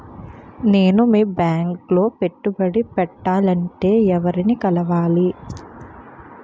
నేను మీ బ్యాంక్ లో పెట్టుబడి పెట్టాలంటే ఎవరిని కలవాలి?